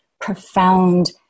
Profound